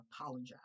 apologize